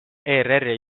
erri